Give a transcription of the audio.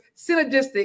synergistic